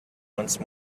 once